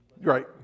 Right